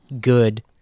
good